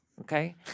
Okay